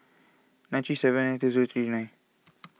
ninety seven and two zero three nine